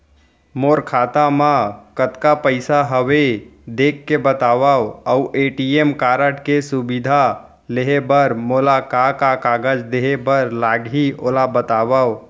मोर खाता मा कतका पइसा हवये देख के बतावव अऊ ए.टी.एम कारड के सुविधा लेहे बर मोला का का कागज देहे बर लागही ओला बतावव?